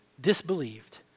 disbelieved